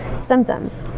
symptoms